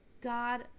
God